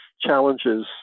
challenges